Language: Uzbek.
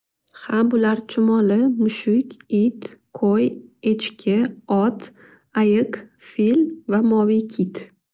Ha bular chumoli, mushuk, it, qo'y, echki, ot, ayiq, fil va moviy kit.